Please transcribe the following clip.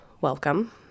welcome